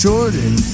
Jordan